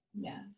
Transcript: Yes